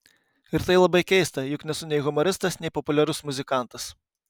ir tai labai keista juk nesu nei humoristas nei populiarus muzikantas